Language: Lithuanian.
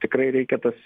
tikrai reikia tas